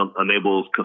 enables